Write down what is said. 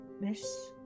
miss